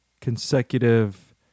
consecutive